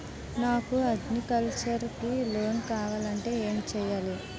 నాకు అగ్రికల్చర్ కి లోన్ కావాలంటే ఏం చేయాలి?